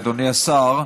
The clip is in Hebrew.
אדוני השר,